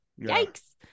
Yikes